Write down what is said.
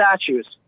statues